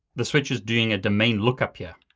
the switch is doing a domain lookup here.